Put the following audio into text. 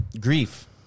grief